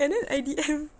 and then I D_M